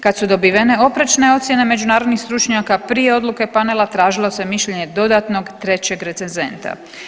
Kad su dobivene oprečne ocjene međunarodnih stručnjaka prije odluke panela tražilo se mišljenje dodatnog trećeg recenzenta.